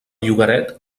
llogaret